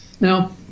Now